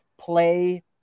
play